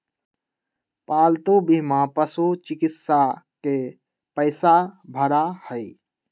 पालतू बीमा पशुचिकित्सा के पैसा भरा हई